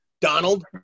Donald